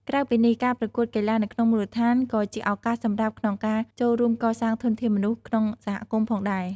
ក្រៅពីនេះ ការប្រកួតកីឡានៅក្នុងមូលដ្ឋានក៏ជាឱកាសសម្រាប់ក្នុងការចូលរួមកសាងធនធានមនុស្សក្នុងសហគមន៍ផងដែរ។